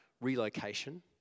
relocation